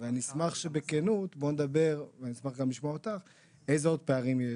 אני אשמח שבכנות נדבר ונשמע איזה עוד פערים קיימים.